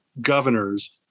governors